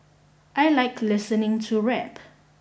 I like listening to rap